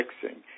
fixing